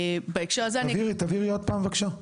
תבהירי עוד פעם בבקשה.